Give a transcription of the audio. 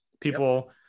People